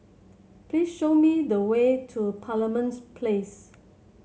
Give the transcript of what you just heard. please show me the way to Parliament Place